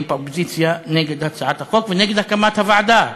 באופוזיציה נגד הצעת החוק ונגד הקמת הוועדה.